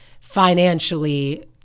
financially